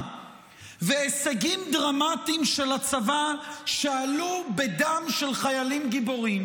והישגים דרמטיים של הצבא שעלו בדם של חיילים גיבורים,